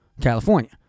California